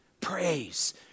praise